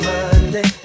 Monday